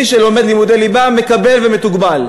מי שלומד לימודי ליבה, מקבל ומתוגמל,